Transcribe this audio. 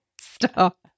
Stop